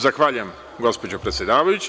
Zahvaljujem, gospođo predsedavajuća.